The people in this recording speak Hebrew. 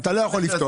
אתה לא יכול לפתוח,